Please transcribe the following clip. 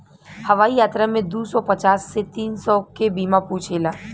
हवाई यात्रा में दू सौ पचास से तीन सौ के बीमा पूछेला